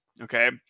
Okay